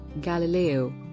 Galileo